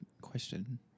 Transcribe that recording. question